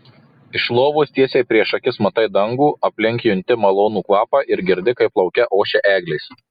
iš lovos tiesiai prieš akis matai dangų aplink junti malonų kvapą ir girdi kaip lauke ošia eglės